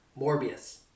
Morbius